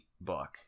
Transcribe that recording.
book